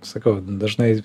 sakau dažnai